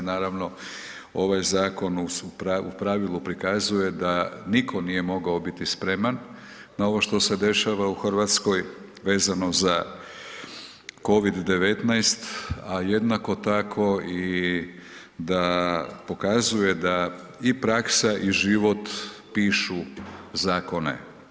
Naravno, ovaj zakon u pravilu pokazuje da niko nije mogao biti spreman na ovo što se dešava u Hrvatskoj vezano za COVID-19, a jednako tako i da pokazuje da i praksa i život pišu zakone.